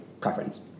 preference